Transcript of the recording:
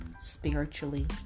spiritually